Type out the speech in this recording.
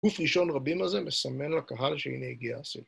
גוף ראשון רבים הזה מסמן לקהל שהנה הגיע הסיום.